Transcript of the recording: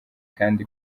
kandi